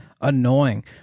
Annoying